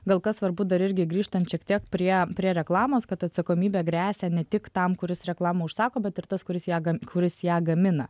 gal kas svarbu dar irgi grįžtant šiek tiek prie prie reklamos kad atsakomybė gresia ne tik tam kuris reklamą užsako bet ir tas kuris ją kuris ją gamina